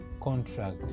contract